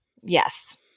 Yes